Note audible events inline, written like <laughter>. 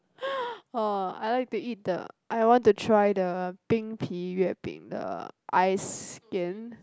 <breath> oh I like to eat the I want to try the 冰皮月饼 the ice skin